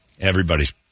Everybody's